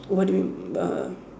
what do you mean uh